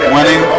Winning